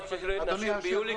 משאירים ביולי,